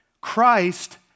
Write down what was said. Christ